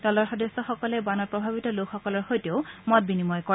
দলৰ সদস্যসকলে বানত প্ৰভাৱিত লোকসকলৰ সৈতেও মত বিনিময় কৰে